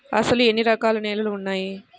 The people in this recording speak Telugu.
అసలు ఎన్ని రకాల నేలలు వున్నాయి?